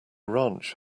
ranch